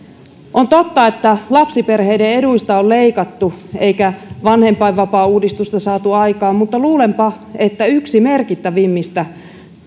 on totta että lapsiperheiden eduista on leikattu eikä vanhempainvapaauudistusta saatu aikaan mutta luulenpa että yksi merkittävimmistä